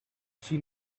she